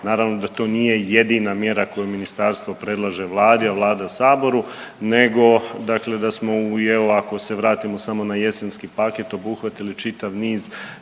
naravno da to nije jedina mjera koju ministarstvo predlaže Vladi, a Vlada Saboru, nego dakle da smo, jel' ako se vratimo samo na jesenski paket obuhvatili čitav niz